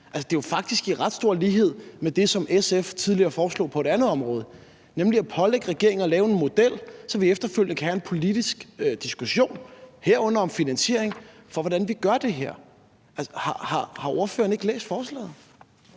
har jo faktisk ret stor lighed med det, som SF tidligere foreslog på et andet område, nemlig at pålægge regeringen at lave en model, så vi efterfølgende kan have en politisk diskussion, herunder om finansiering, om, hvordan vi gør det her. Har ordføreren ikke læst forslaget?